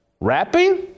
Rapping